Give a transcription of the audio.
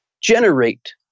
generate